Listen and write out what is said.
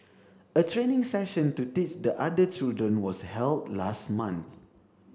a training session to teach the other children was held last month